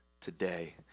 today